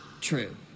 true